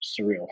surreal